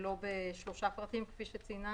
לא בשלושה פרטים כפי שציינה